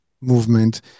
movement